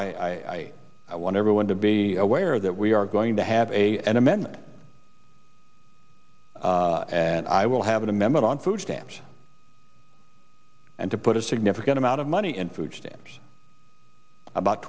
i want everyone to be aware that we are going to have a an amendment and i will have an amendment on food stamps and to put a significant amount of money in food stamps about